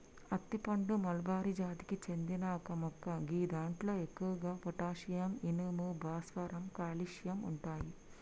అత్తి పండు మల్బరి జాతికి చెందిన ఒక మొక్క గిదాంట్లో ఎక్కువగా పొటాషియం, ఇనుము, భాస్వరం, కాల్షియం ఉంటయి